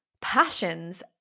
passions